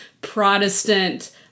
Protestant